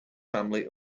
family